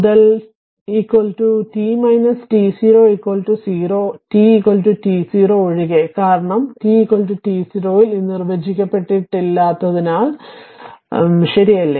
മുതൽ t t0 0 t t0 ഒഴികെ കാരണം t t0 ൽ ഇത് നിർവചിക്കപ്പെട്ടിട്ടില്ലാത്തതിനാൽ ശരിയല്ലേ